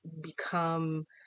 become